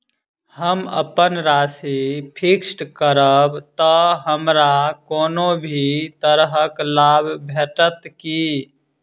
हम अप्पन राशि फिक्स्ड करब तऽ हमरा कोनो भी तरहक लाभ भेटत की?